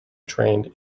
trained